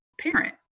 parent